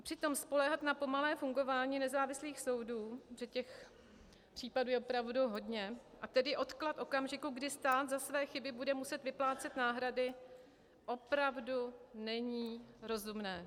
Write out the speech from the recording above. Přitom spoléhat na pomalé fungování nezávislých soudů, protože těch případů je opravdu hodně, a tedy odklad okamžiku, kdy stát za své chyby bude muset vyplácet náhrady, opravdu není rozumné.